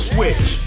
Switch